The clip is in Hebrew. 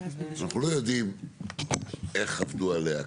אנחנו לא יודעים איך עבדו עליה,